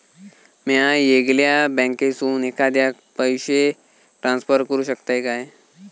म्या येगल्या बँकेसून एखाद्याक पयशे ट्रान्सफर करू शकतय काय?